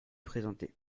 présenté